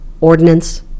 ordinance